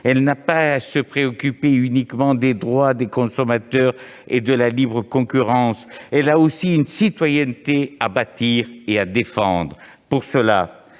Elle n'a pas à se préoccuper uniquement des droits des consommateurs et de la libre concurrence. Elle a aussi une citoyenneté à bâtir et à défendre. Pour cela,